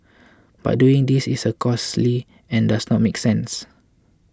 but doing this is a costly and does not make sense